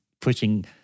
pushing